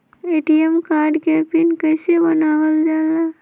ATM card के PIN कैसे बनावल जाला?